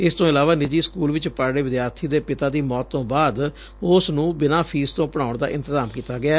ਇਸ ਤੋਂ ਇਲਾਵਾ ਨਿੱਜੀ ਸਕੂਲ ਵਿਚ ਪੜੁ ਰਹੇ ਵਿਦਿਆਰਥੀ ਦੇ ਪਿਤਾ ਦੀ ਮੌਤ ਤੋਂ ਬਾਅਦ ਉਸ ਨੂੰ ਬਿਨਾ ਫੀਸ ਤੋਂ ਪੜ੍ਹਾਉਣ ਦਾ ਇਤਜ਼ਾਮ ਕੀਤਾ ਗਿੱਐ